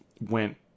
went